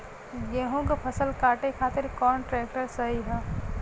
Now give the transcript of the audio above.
गेहूँक फसल कांटे खातिर कौन ट्रैक्टर सही ह?